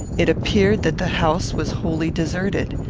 it appeared that the house was wholly deserted.